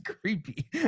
creepy